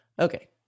Okay